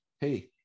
hey